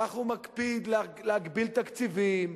כך הוא מקפיד להגביל תקציבים,